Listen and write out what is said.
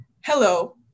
hello